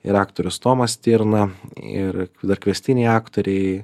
ir aktorius tomas stirna ir dar kviestiniai aktoriai